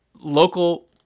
local